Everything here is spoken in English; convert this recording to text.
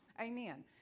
Amen